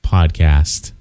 Podcast